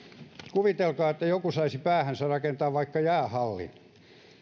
kuvitelkaa että joku saisi päähänsä rakentaa vaikka jäähallin